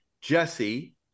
Jesse